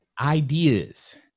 ideas